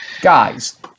guys